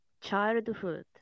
Childhood